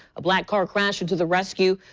black car crashed into the rescue.